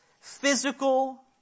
physical